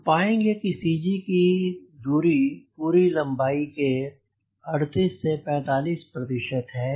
हम पाएँगे कि CG की दूरी पूरी लम्बाई के ३८ से ४५ प्रतिशत है